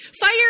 Fire